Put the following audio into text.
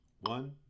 One